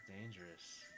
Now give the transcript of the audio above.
dangerous